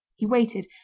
he waited,